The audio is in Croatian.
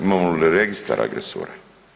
Imamo li registar agresora?